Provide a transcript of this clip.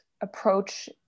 approach